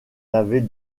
avait